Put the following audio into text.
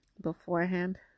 beforehand